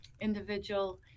individual